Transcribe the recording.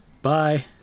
Bye